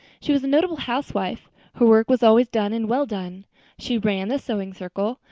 she was a notable housewife her work was always done and well done she ran the sewing circle,